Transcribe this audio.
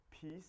peace